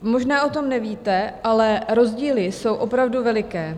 Možná o tom nevíte, ale rozdíly jsou opravdu veliké.